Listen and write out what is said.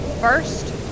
First